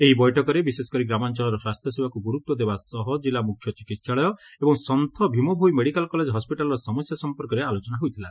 ଏହି ବୈଠକରେ ବିଶେଷକରି ଗ୍ରାମାଞଳର ସ୍ୱାସ୍ଥ୍ୟସେବାକୁ ଗୁରୁତ୍ୱ ଦେବା ସହ ଜିଲ୍ଲା ମୁଖ୍ୟ ଚିକିହାଳୟ ଏବଂ ସନ୍ତ ଭୀମଭୋଇ ମେଡିକାଲ କଲେଜ ହସ୍ପିଟାଲର ସମସ୍ ସମ୍ମର୍କରେ ଆଲୋଚନା ହୋଇଥିଲା